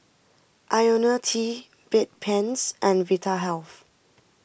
Ionil T Bedpans and Vitahealth